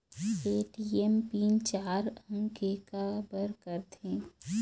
ATM pin चार अंक के का बर करथे?